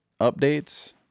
updates